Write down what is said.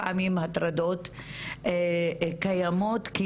הטרדה, קיימות.